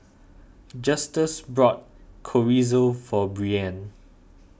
Justus brought Chorizo for Brianne